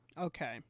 Okay